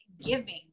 giving